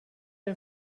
den